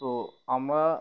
তো আমরা